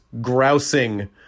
grousing